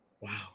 Wow